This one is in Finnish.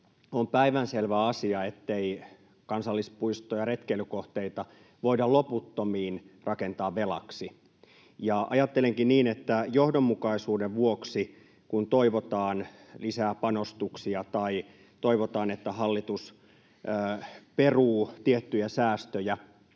on päivänselvä asia, ettei kansallispuistoja ja retkeilykohteita voida loputtomiin rakentaa velaksi. Ajattelenkin niin, että johdonmukaisuuden vuoksi, kun toivotaan lisää panostuksia tai toivotaan, että hallitus peruu tiettyjä säästöjä,